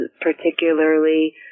particularly